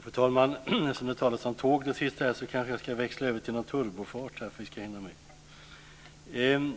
Fru talman! Eftersom det har talats om tåg kanske jag ska växla över till turbofart för att vi ska hinna med.